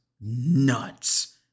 nuts